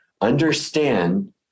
understand